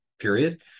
period